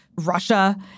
Russia